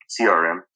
CRM